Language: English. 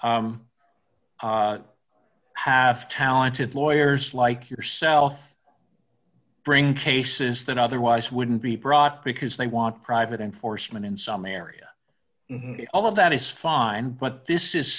to have talented lawyers like yourself bring cases that otherwise wouldn't be brought because they want private enforcement in some area all of that is fine but this is